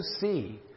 see